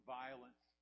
violence